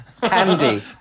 candy